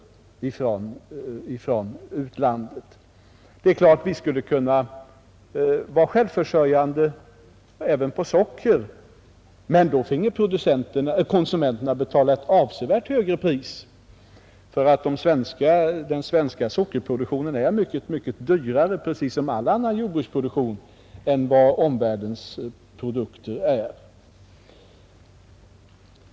Vi skulle givetvis kunna vara självförsörjande även i fråga 9” hemska livsmedelsproduktionen om socket, men då finge konsumenterna betala ett avsevärt högre pris än nu. Den svenska sockerproduktionen är nämligen, precis som all annan svensk jordbruksproduktion, mycket dyrare än omvärldens produktion är.